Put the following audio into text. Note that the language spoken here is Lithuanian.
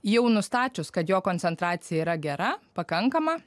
jau nustačius kad jo koncentracija yra gera pakankama